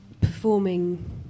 performing